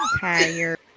tired